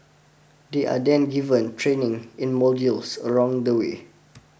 they are then given training in modules along the way